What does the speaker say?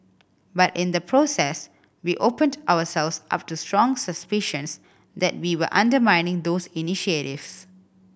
but in the process we opened ourselves up to strong suspicions that we were undermining those initiatives